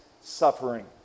suffering